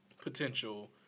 potential